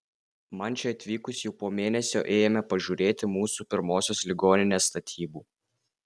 man čia atvykus jau po mėnesio ėjome pažiūrėti mūsų pirmosios ligoninės statybų